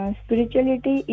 spirituality